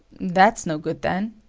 that's no good then.